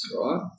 right